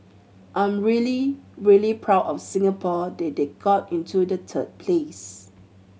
I'm really really proud of Singapore that they got into the third place